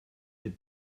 des